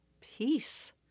peace